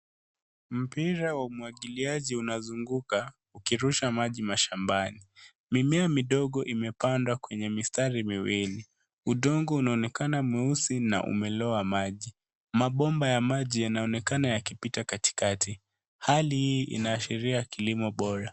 Mpira wa umwagiliaji unazunguka, ukirusha maji mashambani. Mimea midogo imepandwa kwenye mistari miwili. Udongo unaonekana mweusi na umelowa maji. Mabomba ya maji yanaonekana yakipita katikati. Hali hii inaashiria kilimo bora.